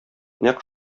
нәкъ